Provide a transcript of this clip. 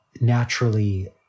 naturally